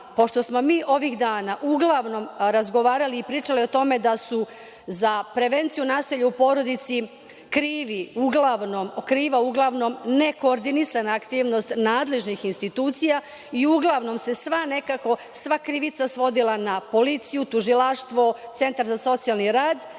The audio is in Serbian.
pošto smo mi ovih dana uglavnom razgovarali i pričali o tome da je za prevenciju nasilja u porodici kriva uglavnom nekoordinisana aktivnost nadležnih institucija i uglavnom se sva krivica svodila na policiju, tužilaštvo, centar za socijalni rad,